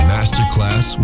Masterclass